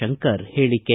ಶಂಕರ್ ಹೇಳಕೆ